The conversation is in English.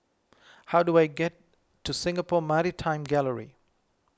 how do I get to Singapore Maritime Gallery